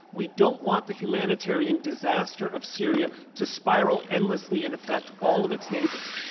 we don't want the humanitarian disaster of syria to spiral endlessly and affect all of its neighbors.